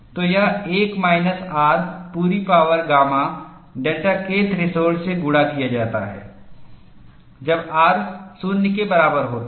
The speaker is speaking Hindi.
तो यह 1 माइनस R पूरी power gamma delta K threshold से गुणा किया जाता है जब R 0 के बराबर होता है